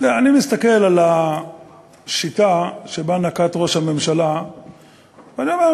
אני מסתכל על השיטה שנקט ראש הממשלה ואני אומר,